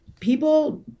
people